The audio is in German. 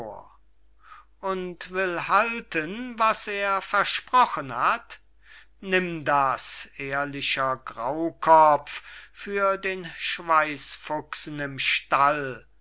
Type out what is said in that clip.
und will halten was er versprochen hat nimm das ehrlicher graukopf für den schweisfuchsen im stall